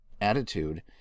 attitude